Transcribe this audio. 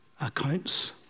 accounts